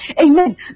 Amen